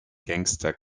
gangster